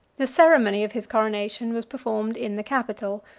the ceremony of his coronation was performed in the capitol,